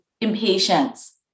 impatience